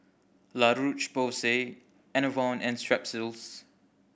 La Roche Porsay Enervon and Strepsils